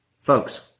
Folks